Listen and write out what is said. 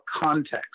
context